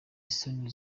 isoni